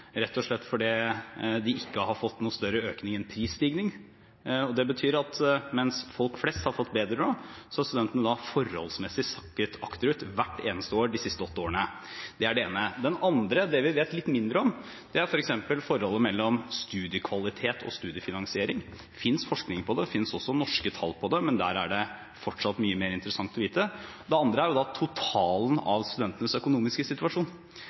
rett og slett fordi de ikke har fått noen større økning enn prisstigning. Det betyr at mens folk flest har fått bedre råd, har studentene forholdsmessig sakket akterut hvert eneste år de siste åtte årene. Det er det ene. Det andre, det vi vet litt mindre om, er f.eks. forholdet mellom studiekvalitet og studiefinansiering. Det finnes forskning på det, og det finnes også norske tall på det, men der er det fortsatt mye mer som er interessant å vite. Det siste er totalen av studentenes økonomiske situasjon